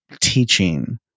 teaching